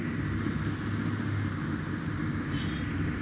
axis bank ह भारत के private छेत्र के तिसरइसा सबले बड़े बेंक हरय